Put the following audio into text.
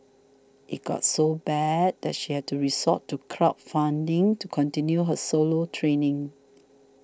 it got so bad that she had to resort to crowd funding to continue her solo training